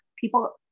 people